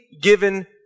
given